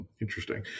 Interesting